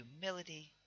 humility